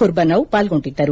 ಖುರ್ನೌ ಪಾಲ್ಗೊಂಡಿದ್ದರು